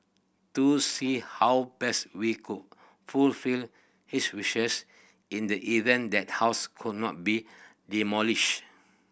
to see how best we could fulfill his wishes in the event that house could not be demolished